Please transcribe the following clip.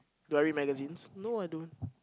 do I read magazines no I don't